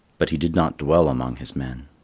but he did not dwell among his men.